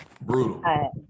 Brutal